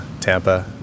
Tampa